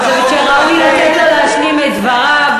ראוי לתת לו להשלים את דבריו.